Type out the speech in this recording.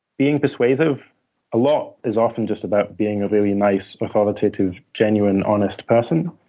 being persuasive a lot is often just about being a very nice, authoritative, genuine, honest person.